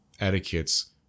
etiquettes